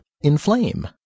inflame